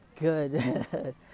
good